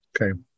okay